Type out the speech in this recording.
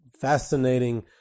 fascinating